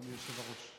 אדוני היושב-ראש.